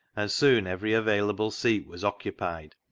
and soon every available seat was occupied,